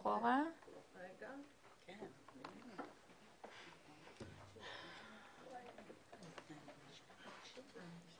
אנחנו נציג כאן לראשונה את קבוצת הפעלים הפטרוכימיים שאנחנו